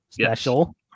special